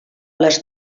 les